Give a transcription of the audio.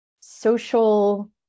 social